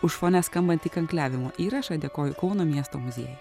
už fone skambantį kankliavimo įrašą dėkoju kauno miesto muziejui